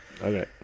Okay